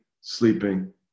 sleeping